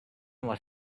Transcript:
was